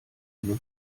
nur